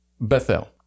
Bethel